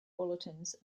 bulletins